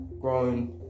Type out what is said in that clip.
growing